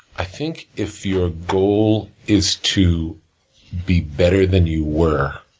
i think if your goal is to be better than you were,